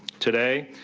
today,